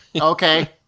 Okay